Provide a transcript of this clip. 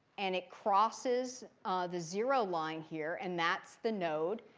and it crosses the zero line here. and that's the node.